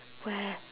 where